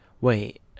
Wait